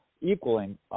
equaling